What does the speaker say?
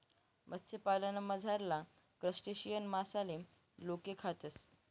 मत्स्यपालनमझारला क्रस्टेशियन मासाले लोके खातस